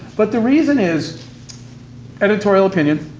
but the reason is editorial opinion